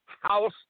House